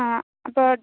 അപ്പോൾ